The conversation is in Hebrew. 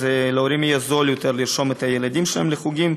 להורים יהיה זול יותר לרשום את הילדים שלהם לחוגים,